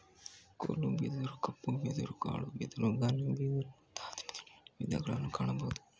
ಕೋಲು ಬಿದಿರು, ಕಪ್ಪು ಬಿದಿರು, ಕಾಡು ಬಿದಿರು, ಘನ ಬಿದಿರು ಮುಂತಾದ ಬಿದಿರಿನ ವಿಧಗಳನ್ನು ಕಾಣಬೋದು